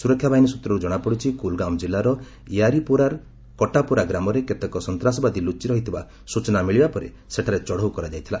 ସୁରକ୍ଷା ବାହିନୀ ସୂତ୍ରରୁ ଜଣାପଡ଼ିଛି କୁଲ୍ଗାମ୍ ଜିଲ୍ଲାର ୟାରିପୋରାର କଟାପୋରା ଗ୍ରାମରେ କେତେକ ସନ୍ତାସବାଦୀ ଲୁଚି ରହିଥିବା ସ୍କଚନା ମିଳିବା ପରେ ସେଠାରେ ଚଢ଼ଉ କରାଯାଉଥିଲା